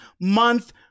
month